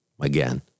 again